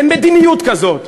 אין מדיניות כזאת.